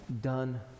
done